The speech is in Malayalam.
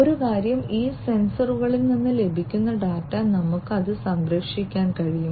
ഒരു കാര്യം ഈ സെൻസറുകളിൽ നിന്ന് ലഭിക്കുന്ന ഡാറ്റ നമുക്ക് അത് സംരക്ഷിക്കാൻ കഴിയും